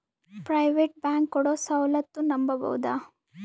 Private bank ಕೊಡೊ ಸೌಲತ್ತು ನಂಬಬೋದ?